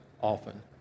often